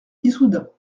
issoudun